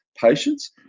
patients